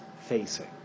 facing